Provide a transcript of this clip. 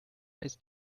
ist